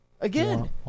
Again